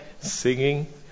singing